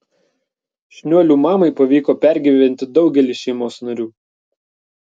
šniuolių mamai pavyko pergyventi daugelį šeimos narių